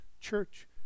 church